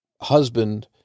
husband